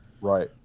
Right